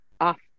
off